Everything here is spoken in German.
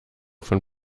von